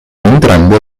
entrambi